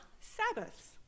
Sabbaths